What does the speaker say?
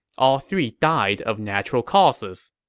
all three died of natural causes